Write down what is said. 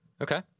Okay